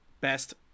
best